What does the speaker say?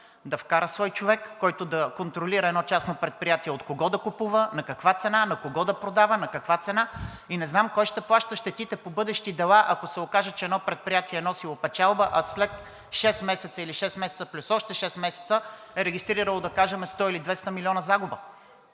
да вкара свой човек, който да контролира едно частно предприятие от кого да купува, на каква цена, на кого да продава, на каква цена. И не знам кой ще плаща щетите по бъдещи дела, ако се окаже, че едно предприятие е носило печалба, а след шест месеца или шест месеца плюс още шест месеца е регистрирало, да кажем, 100 или 200 милиона загуба?